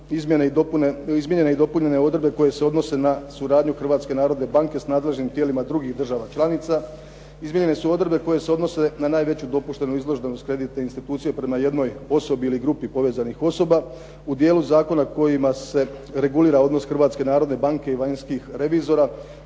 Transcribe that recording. izmijenjene i dopunjene odredbe koje se odnose na suradnju Hrvatske narodne banke s nadležnim tijelima drugih država članica, izmijenjene su odredbe koje se odnose na najveću dopuštenu izloženost kreditne institucije prema jednoj osobi ili grupi povezanih osoba. U dijelu zakona kojima se regulira odnos Hrvatske narodne